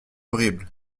horrible